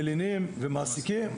מלינים ומעסיקים.